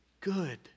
good